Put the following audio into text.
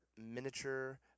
miniature